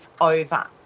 over